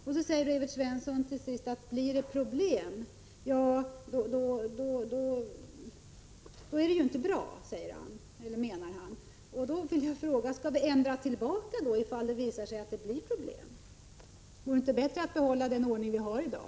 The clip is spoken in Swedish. Evert Svensson säger till sist att om det blir problem så är det inte bra. Då vill jag fråga: Skall vi ändra på detta igen om det visar sig att det blir problem? Vore det inte bättre att behålla den ordning som vi har i dag?